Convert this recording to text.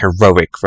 heroic